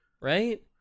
right